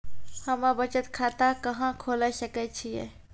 हम्मे बचत खाता कहां खोले सकै छियै?